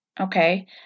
Okay